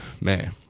man